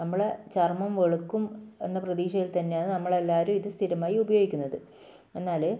നമ്മളെ ചർമ്മം വെളുക്കും എന്ന പ്രതീക്ഷയിൽ തന്നെയാണ് നമ്മളെല്ലാരും ഇത് സ്ഥിരമായി ഉപയോഗിക്കുന്നത് എന്നാൽ